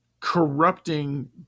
corrupting